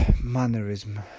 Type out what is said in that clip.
mannerism